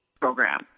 program